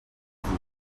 vous